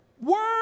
word